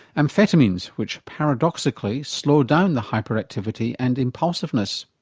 amphetamines, which paradoxically slow down the hyperactivity and impulsiveness.